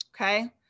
okay